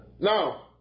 Now